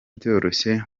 byoroshye